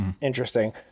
interesting